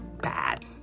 bad